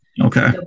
Okay